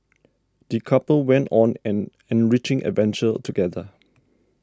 the couple went on an enriching adventure together